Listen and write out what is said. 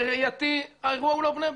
בראייתי האירוע הוא לא בני ברק,